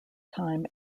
time